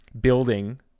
building